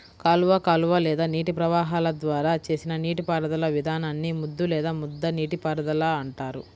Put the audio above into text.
కాలువ కాలువ లేదా నీటి ప్రవాహాల ద్వారా చేసిన నీటిపారుదల విధానాన్ని ముద్దు లేదా ముద్ద నీటిపారుదల అంటారు